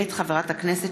מאת חברי הכנסת